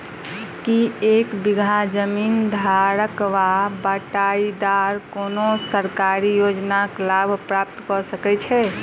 की एक बीघा जमीन धारक वा बटाईदार कोनों सरकारी योजनाक लाभ प्राप्त कऽ सकैत छैक?